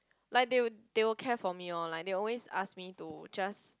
like they will they will care for me lor like they will always ask me to just